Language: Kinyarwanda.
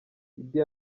idi